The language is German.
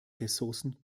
ressourcen